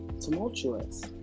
tumultuous